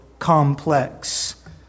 complex